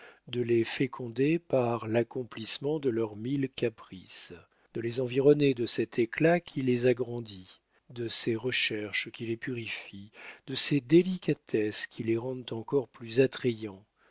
de les féconder par l'accomplissement de leurs mille caprices de les environner de cet éclat qui les agrandit de ces recherches qui les purifient de ces délicatesses qui les rendent encore plus attrayants